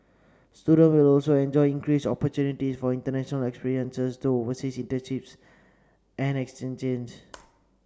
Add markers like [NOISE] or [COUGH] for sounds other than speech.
student will also enjoy increased opportunities for international experiences through overseas internships and exchanges [NOISE]